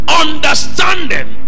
understanding